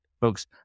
Folks